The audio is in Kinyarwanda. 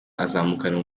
azamukana